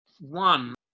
One